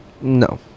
No